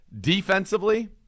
Defensively